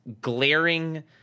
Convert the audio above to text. glaring